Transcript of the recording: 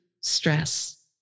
stress